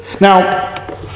Now